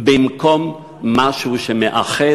זה בסך הכול במקום משהו שמאחד,